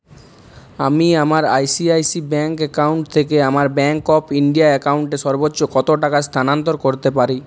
আমি আমার I C I C bank account থেকে আমার ব্যাংক অফ ইন্ডিয়া অ্যাকাউন্টে সর্বোচ্চ কত টাকা স্থানান্তর করতে পারি